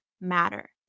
matter